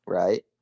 right